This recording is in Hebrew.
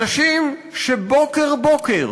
אנשים שבוקר-בוקר